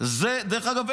דרך אגב,